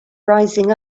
rising